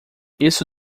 isso